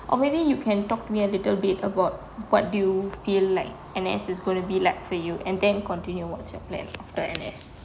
or maybe you can talk to me a little bit about what do you feel like N_S is going to be like for you and then continue what's your plan after N_S